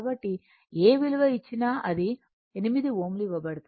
కాబట్టి ఏ విలువ వచ్చినా అది 8 Ω ఇవ్వబడింది